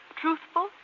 truthful